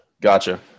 gotcha